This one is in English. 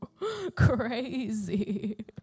crazy